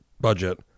budget